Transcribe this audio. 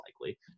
likely